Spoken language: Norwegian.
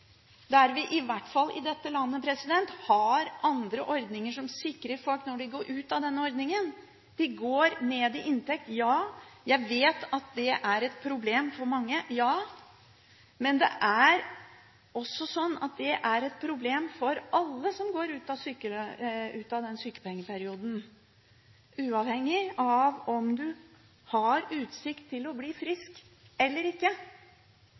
i dette landet har andre ordninger som sikrer folk når de går ut av denne ordningen? De går ned i inntekt – ja. Jeg vet at det er et problem for mange. Men det er også sånn at det er et problem for alle som går ut av sykepengeperioden, uavhengig av om du har utsikt til å bli frisk eller ikke.